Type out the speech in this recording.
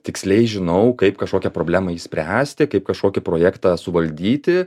tiksliai žinau kaip kažkokią problemą išspręsti kaip kažkokį projektą suvaldyti